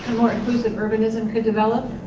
more inclusive, urbanism could develop?